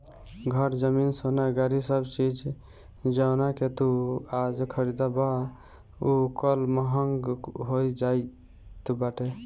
घर, जमीन, सोना, गाड़ी सब चीज जवना के तू आज खरीदबअ उ कल महंग होई जात बाटे